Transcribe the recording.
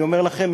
אני אומר לכם,